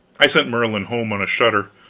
i sent merlin home on a shutter.